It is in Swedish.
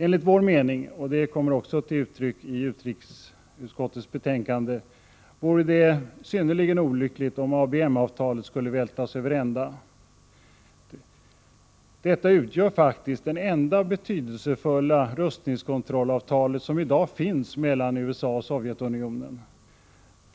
Enligt vår mening — och den kommer också till uttryck i utrikesutskottets betänkande — vore det synnerligen olyckligt om ABM-avtalet skulle vältras över ända. Detta utgör faktiskt det enda betydelsefulla rustningskontrollavtal som i dag finns mellan USA och Sovjetunionen.